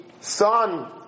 son